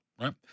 Right